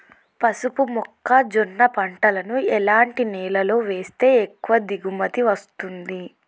పసుపు మొక్క జొన్న పంటలను ఎలాంటి నేలలో వేస్తే ఎక్కువ దిగుమతి వస్తుంది?